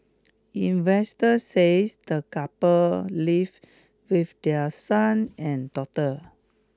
investors says the couple live with their son and daughter